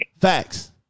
Facts